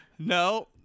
No